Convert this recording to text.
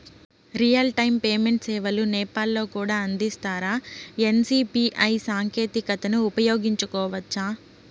Real time payment సేవలు నేపాల్ లో కూడా అందిస్తారా? ఎన్.సి.పి.ఐ సాంకేతికతను ఉపయోగించుకోవచ్చా కోవచ్చా?